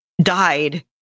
died